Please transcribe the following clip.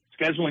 scheduling